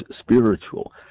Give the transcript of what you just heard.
spiritual